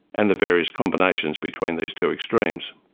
and the various combinations between these two extremes.